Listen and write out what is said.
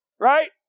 right